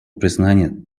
признания